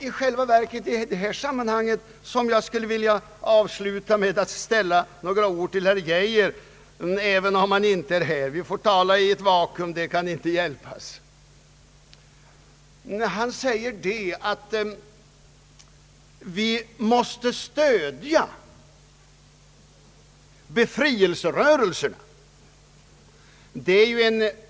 I detta sammanhang skulle jag vilja säga några ord till herr Geijer även om han inte är här i kammaren, Vi får tala i ett vacuum, det kan inte hjälpas. Han säger att vi måste stödja befrielserörelserna.